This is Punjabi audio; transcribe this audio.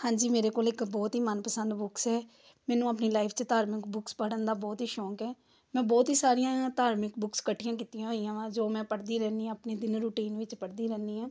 ਹਾਂਜੀ ਮੇਰੇ ਕੋਲ ਇੱਕ ਬਹੁਤ ਹੀ ਮਨਪਸੰਦ ਬੁੱਕਸ ਹੈ ਮੈਨੂੰ ਆਪਣੀ ਲਾਈਫ 'ਚ ਧਾਰਮਿਕ ਬੁੱਕਸ ਪੜ੍ਹਨ ਦਾ ਬਹੁਤ ਹੀ ਸ਼ੌਂਕ ਐ ਮੈਂ ਬਹੁਤ ਹੀ ਸਾਰੀਆਂ ਧਾਰਮਿਕ ਬੁੱਕਸ ਇਕੱਠੀਆਂ ਕੀਤੀਆਂ ਹੋਈਆਂ ਵਾ ਜੋ ਮੈਂ ਪੜ੍ਹਦੀ ਰਹਿੰਦੀ ਹਾਂ ਆਪਣੀ ਦਿਨ ਰੂਟੀਨ ਵਿੱਚ ਪੜ੍ਹਦੀ ਰਹਿੰਦੀ ਹਾਂ